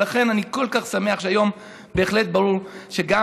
ולכן אני כל כך שמח שהיום בהחלט ברור שגם